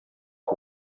cyo